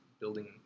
building